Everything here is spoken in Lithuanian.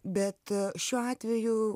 bet šiuo atveju